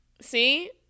See